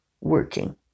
working